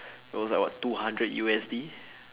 those are what two hundred U_S_D